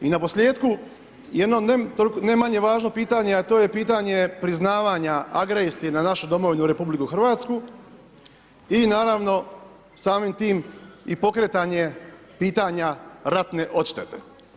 I naposljetku jedno ne manje važno pitanje, a to je pitanje priznavanja agresije na našu domovinu RH i naravno samim tim i pokretanje pitanja ratne odštete.